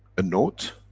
a note,